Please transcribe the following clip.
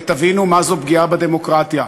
ותבינו מה זו פגיעה בדמוקרטיה.